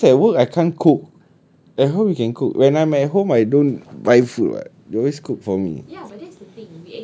because at work I can't cook at home you can cook when I'm at home I don't buy food [what] you always cook for me